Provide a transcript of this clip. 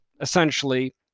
essentially